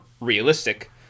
realistic